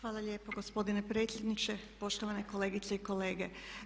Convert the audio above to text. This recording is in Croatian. Hvala lijepo gospodine predsjedniče, poštovane kolegice i kolege.